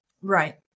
Right